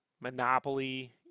Monopoly